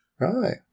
Right